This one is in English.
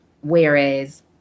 whereas